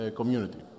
community